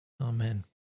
Amen